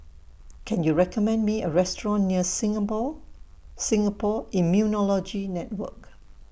Can YOU recommend Me A Restaurant near Singapore Singapore Immunology Network